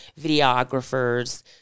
videographers